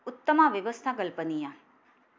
उत्तमा व्यवस्था कल्पनीया